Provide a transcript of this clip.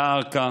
דא עקא,